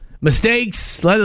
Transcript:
mistakes